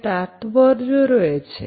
এর তাৎপর্য রয়েছে